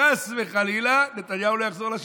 חס וחלילה, נתניהו לא יחזור לשלטון.